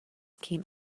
came